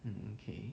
okay